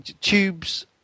tubes